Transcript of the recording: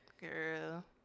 Girl